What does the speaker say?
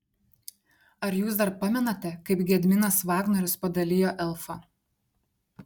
ar jūs dar pamenate kaip gediminas vagnorius padalijo elfą